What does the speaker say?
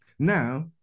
Now